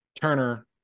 Turner